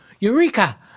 Eureka